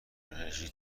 انرژی